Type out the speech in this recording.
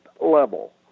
level